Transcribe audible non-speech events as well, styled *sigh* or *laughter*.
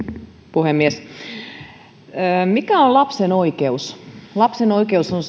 puhemies mikä on lapsen oikeus lapsen oikeus on *unintelligible*